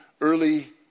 early